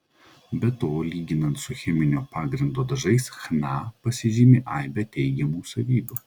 be to lyginant su cheminio pagrindo dažais chna pasižymi aibe teigiamų savybių